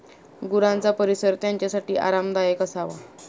गुरांचा परिसर त्यांच्यासाठी आरामदायक असावा